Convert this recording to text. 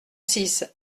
six